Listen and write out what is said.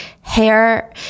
Hair